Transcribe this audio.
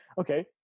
okay